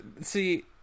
see